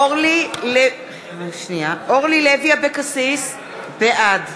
אורלי לוי אבקסיס, בעד